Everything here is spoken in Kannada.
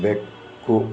ಬೆಕ್ಕು